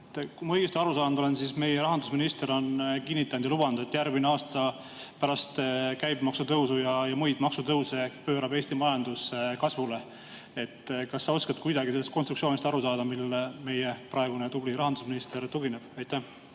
Kui ma olen õigesti aru saanud, siis meie rahandusminister on kinnitanud ja lubanud, et järgmine aasta pärast käibemaksu tõusu ja muid maksutõuse pöörab Eesti majandus kasvule. Kas sa oskad kuidagi sellest konstruktsioonist aru saada, millele meie praegune tubli rahandusminister tugineb? Aitäh!